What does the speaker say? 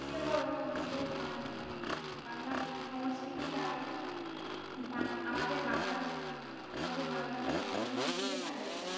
যে বড়ো আমাদের বাং বাংলা সংস্কৃতিটা বাং আমাদের বাংলাা আমাদের বাংলা ভাষা প্রচারক হিসেবে দাঁড়িয়েছে